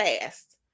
fast